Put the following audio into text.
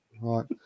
Right